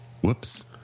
whoops